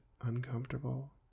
uncomfortable